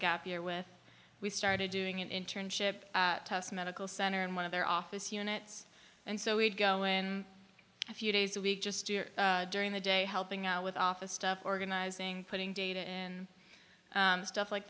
gap year with we started doing an internship medical center and one of their office units and so we'd go in a few days a week just during the day helping out with office stuff organizing putting data in stuff like